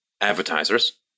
advertisers